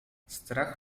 strach